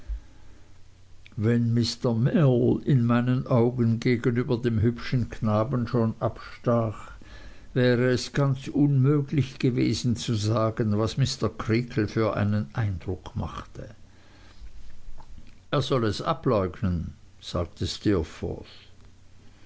wenn mr mell in meinen augen gegenüber dem hübschen knaben schon abstach wäre es ganz un möglich gewesen zu sagen was mr creakle für einen eindruck machte er soll es ableugnen sagte